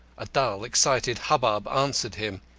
a dull excited hubbub answered him.